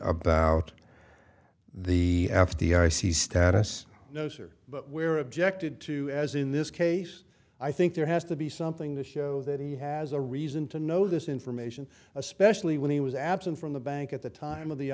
about the f d i c status no sir but we're objected to as in this case i think there has to be something to show that he has a reason to know this information especially when he was absent from the bank at the time of the